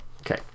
Okay